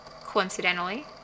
coincidentally